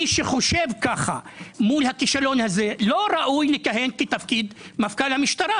מי שחושב כך מול הכישלון הזה לא ראוי לכהן בתפקיד מפכ"ל המשטרה.